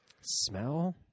Smell